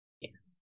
Yes